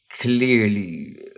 clearly